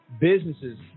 businesses